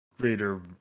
greater